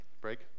Break